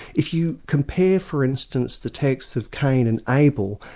if you compare for instance, the text of cain and abel,